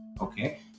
Okay